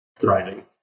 thriving